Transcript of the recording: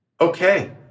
Okay